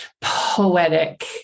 poetic